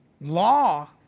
law